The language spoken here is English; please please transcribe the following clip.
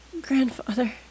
grandfather